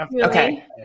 Okay